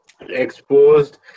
exposed